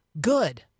good